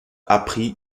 appris